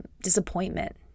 disappointment